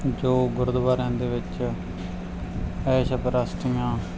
ਸੋ ਗੁਰਦੁਆਰਿਆਂ ਦੇ ਵਿੱਚ ਐਸ਼ ਪਰਸਤੀਆਂ